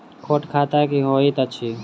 छोट खाता की होइत अछि